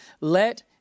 let